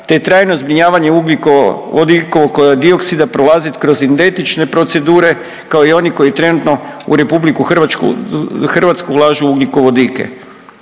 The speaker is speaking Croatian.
te trajno zbrinjavanje ugljikovodikovog dioksida prolazit kroz identične procedure, kao i oni koji trenutno u RH ulažu u ugljikovodike.